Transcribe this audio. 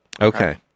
Okay